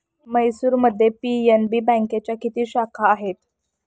म्हैसूरमध्ये पी.एन.बी बँकेच्या किती शाखा आहेत?